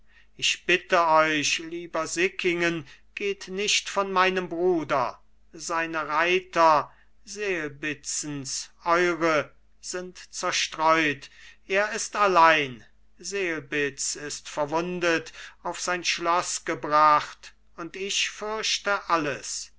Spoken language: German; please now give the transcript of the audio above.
ich bitte euch lieber sickingen geht nicht von meinem bruder seine reiter selbitzens eure sind zerstreut er ist allein selbitz ist verwundet auf sein schloß gebracht und ich fürchte alles